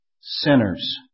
sinners